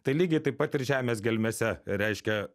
tai lygiai taip pat ir žemės gelmėse reiškia